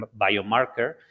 biomarker